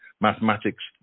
mathematics